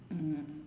mm